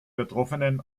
betroffenen